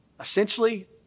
Essentially